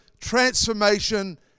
transformation